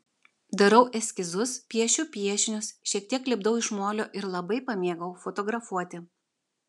darau eskizus piešiu piešinius šiek tiek lipdau iš molio ir labai pamėgau fotografuoti